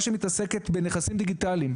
שמתעסקת בנכסים דיגיטליים,